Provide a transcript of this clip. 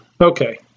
okay